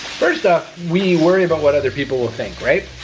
first off, we worry about what other people will think, right?